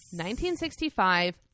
1965